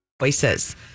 voices